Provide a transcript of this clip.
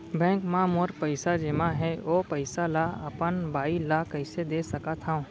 Bank म मोर पइसा जेमा हे, ओ पइसा ला अपन बाई ला कइसे दे सकत हव?